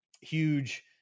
huge